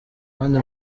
kandi